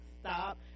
stop